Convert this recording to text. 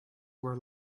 were